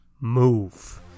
move